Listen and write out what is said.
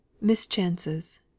Mischances